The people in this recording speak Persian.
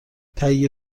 تهیه